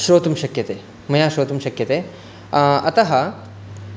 श्रोतुं शक्यते मया श्रोतुं शक्यते अतः